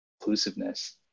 inclusiveness